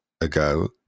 ago